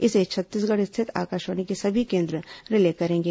इसे छत्तीसगढ़ स्थित आकाशवाणी के सभी केंद्र रिले करेंगे